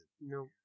No